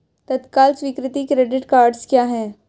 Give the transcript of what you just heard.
तत्काल स्वीकृति credit cards क्या हैं?